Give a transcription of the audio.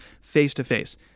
face-to-face